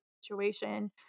situation